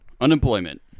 Unemployment